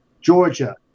Georgia